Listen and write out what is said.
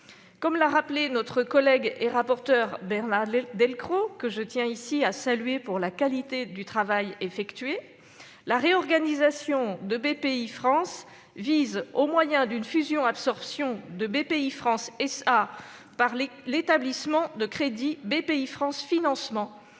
Comme l'a rappelé notre collègue et rapporteur Bernard Delcros, que je tiens ici à saluer pour la qualité du travail effectué, la réorganisation de Bpifrance vise, au moyen d'une fusion-absorption de Bpifrance SA par l'établissement de crédit Bpifrance Financement,